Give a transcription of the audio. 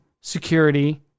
security